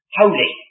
holy